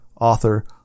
author